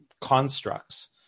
constructs